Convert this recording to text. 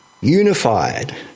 unified